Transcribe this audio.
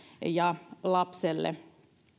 ja lapselle